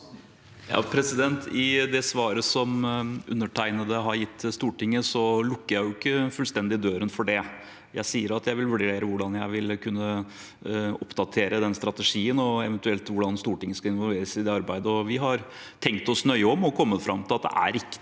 I det svaret jeg har gitt til Stortinget, lukker jeg jo ikke fullstendig døren for det. Jeg sier at jeg vil vurdere hvordan jeg vil kunne oppdatere den strategien, og eventuelt hvordan Stortinget skal involveres i det arbeidet. Vi har tenkt oss nøye om og kommet fram til at det er riktig